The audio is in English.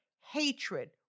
hatred